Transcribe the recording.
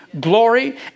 glory